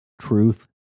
truth